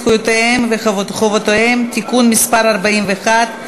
זכויותיהם וחובותיהם (תיקון מס' 41),